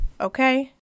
okay